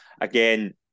again